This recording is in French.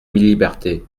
liberté